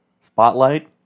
Spotlight